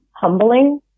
humbling